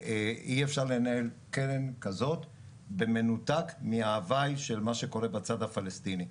אי אפשר לנהל קרן כזאת במנותק מההווי של מה שקורה בצד הפלסטיני.